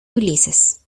ulises